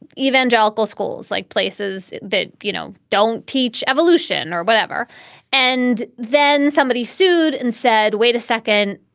evangelical schools like places that, you know, don't teach evolution or whatever and then somebody sued and said, wait a second,